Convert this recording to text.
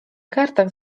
kartach